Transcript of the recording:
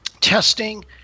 testing